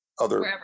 other-